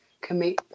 commit